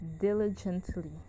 diligently